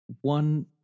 one